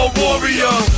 warrior